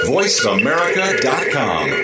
VoiceAmerica.com